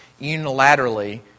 unilaterally